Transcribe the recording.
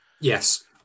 Yes